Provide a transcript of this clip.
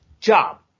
Job